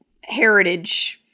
heritage